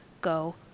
go